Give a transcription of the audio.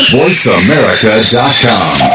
voiceamerica.com